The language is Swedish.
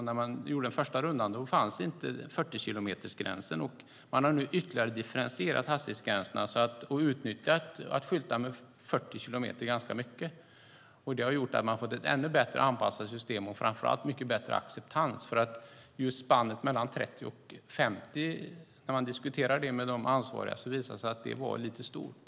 När man gjorde den första rundan fanns inte gränsen på 40 kilometer i timmen. Man har nu ytterligare differentierat hastighetsgränserna och utnyttjat att skylta ganska mycket med 40 kilometer i timmen. Det har gjort att man har fått ett ännu bättre anpassat system och framför allt mycket bättre acceptans. När man diskuterar just spannet mellan 30 och 50 kilometer i timmen med de ansvariga visar det sig att det var lite väl stort.